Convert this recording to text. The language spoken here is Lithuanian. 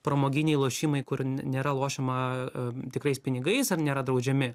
pramoginiai lošimai kur ne nėra lošiama tikrais pinigais ar nėra draudžiami